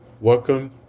welcome